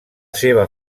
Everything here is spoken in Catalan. seva